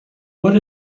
what